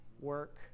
work